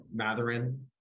Matherin